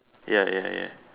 ya ya ya